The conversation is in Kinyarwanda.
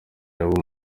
abo